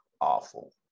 awful